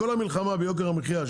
כל המלחמה ביוקר המחייה,